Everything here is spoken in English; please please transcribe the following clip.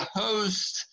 host